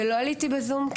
ולא עליתי בזום,